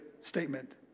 statement